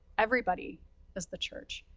everybody is the church.